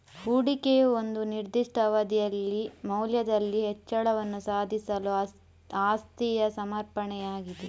ಹೂಡಿಕೆಯು ಒಂದು ನಿರ್ದಿಷ್ಟ ಅವಧಿಯಲ್ಲಿ ಮೌಲ್ಯದಲ್ಲಿ ಹೆಚ್ಚಳವನ್ನು ಸಾಧಿಸಲು ಆಸ್ತಿಯ ಸಮರ್ಪಣೆಯಾಗಿದೆ